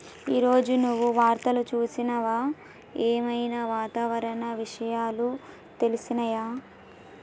ఈ రోజు నువ్వు వార్తలు చూసినవా? ఏం ఐనా వాతావరణ విషయాలు తెలిసినయా?